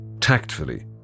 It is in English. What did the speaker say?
Tactfully